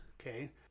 okay